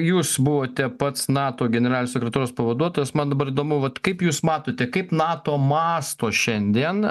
jūs buvote pats nato generalinio sekretoriaus pavaduotojas man dabar įdomu vat kaip jūs matote kaip nato mąsto šiandien